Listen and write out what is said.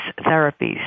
therapies